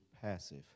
passive